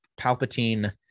Palpatine